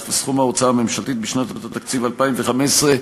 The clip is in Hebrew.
וסכום ההוצאה ממשלתית בשנת התקציב 2015),